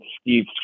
Steve